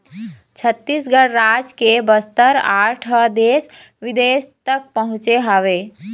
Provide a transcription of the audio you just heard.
छत्तीसगढ़ राज के बस्तर आर्ट ह देश बिदेश तक पहुँचे हवय